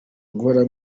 guhora